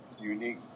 unique